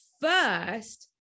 first